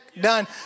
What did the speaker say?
Done